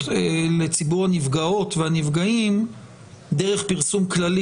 לציבור הנפגעות והנפגעים דרך פרסום כללי.